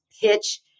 pitch